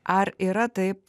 ar yra taip